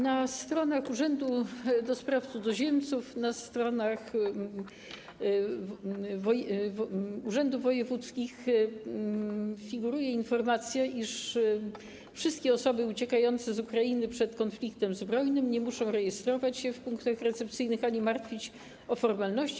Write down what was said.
Na stronach Urzędu do Spraw Cudzoziemców, na stronach urzędów wojewódzkich figuruje informacja, iż wszystkie osoby uciekające z Ukrainy przed konfliktem zbrojnym nie muszą rejestrować się w punktach recepcyjnych ani martwić o formalności.